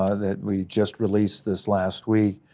ah that we just released this last week,